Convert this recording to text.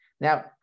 Now